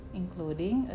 including